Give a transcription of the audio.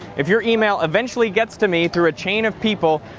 if your email eventually gets to me through a chain of people,